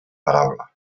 paraula